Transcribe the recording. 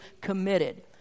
committed